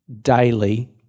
daily